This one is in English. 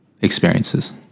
experiences